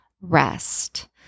rest